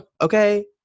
okay